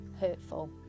hurtful